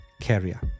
carrier